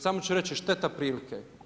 Samo ću reći šteta prilike.